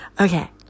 Okay